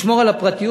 לשמור על הפרטיות,